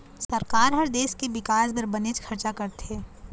सरकार ह देश के बिकास बर बनेच खरचा करथे